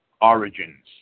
origins